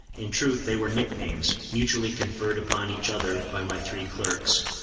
in truth they were nicknames, mutually conferred upon each other by my three clerks,